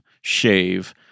shave